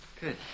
Good